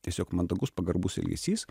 tiesiog mandagus pagarbus elgesys